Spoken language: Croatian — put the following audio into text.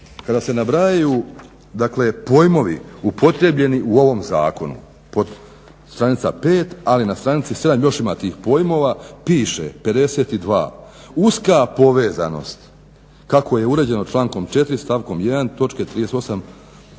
kada se nabrajaju dakle pojmovi upotrijebljeni u ovom zakonu str. 5. ali na str. 7. još ima tih pojmova piše 52 uska povezanost kako je uređeno člankom 4. stavkom 1.